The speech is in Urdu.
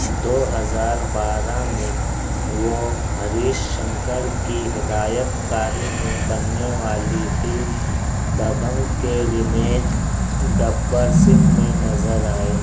دو ہزار بارہ میں وہ ہریش شنکر کی ہدایت کاری میں بننے والی فلم دبنگ کے ری میک گبّر سنگھ میں نظر آئے